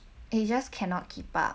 it just cannot keep up